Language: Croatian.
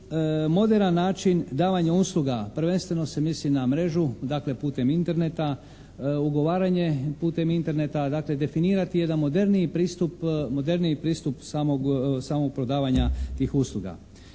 moderan način davanja usluga, prvenstveno se misli na mrežu, dakle putem Interneta, ugovaranje putem Interneta, dakle definirati jedan moderniji pristup samog prodavanja tih usluga.